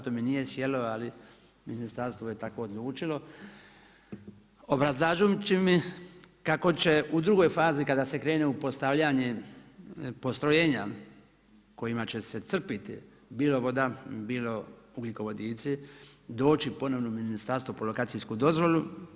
To mi nije sjelo, ali ministarstvo je tako odlučilo obrazlažući mi kako će u drugoj fazi kada se krene u postavljanje postrojenja kojima će se crpiti bilo voda, bilo ugljikovodici doći ponovno ministarstvo po lokacijsku dozvolu.